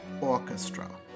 Orchestra